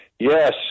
Yes